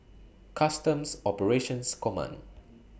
Customs Operations Command